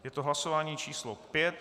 Je to hlasování číslo 5.